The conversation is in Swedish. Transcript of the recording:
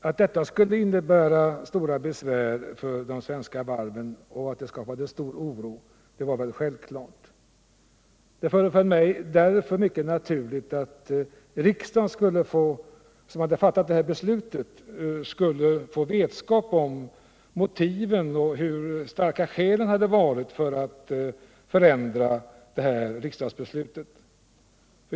Att detta skulle innebära mycket besvär för de svenska varven och att det har skapat stor oro var väl självklart. Det föreföll mig därför mycket naturligt att riksdagen, som hade fattat beslutet, skulle få vetskap om motiven och hur starka skäl som fanns för att förändra riksdagsbeslutet.